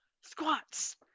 Squats